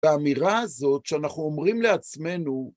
האמירה הזאת שאנחנו אומרים לעצמנו